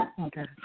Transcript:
Okay